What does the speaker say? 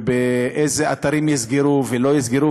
ואיזה אתרים יסגרו או לא יסגרו,